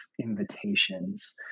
invitations